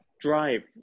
drive